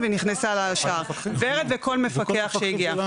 מה שהסברתי, שלא כל תלונה על ריח תמיד אפשר לשייך.